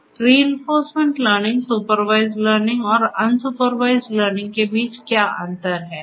तो reinforcement learning supervised learning और unsupervised learning के बीच क्या अंतर हैं